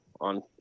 on